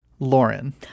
Lauren